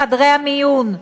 בחדרי המיון.